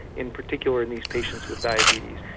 in particular in these patients with diabetes.